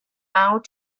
out